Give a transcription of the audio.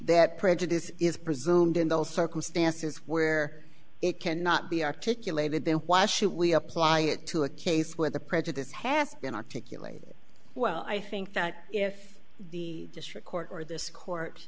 that prejudice is presumed in those circumstances where it cannot be articulated then why should we apply it to a case where the prejudice has been articulated well i think that if the district court or this court